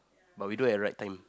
but we don't have right time